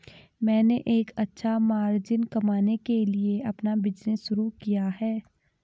मैंने एक अच्छा मार्जिन कमाने के लिए अपना बिज़नेस शुरू किया है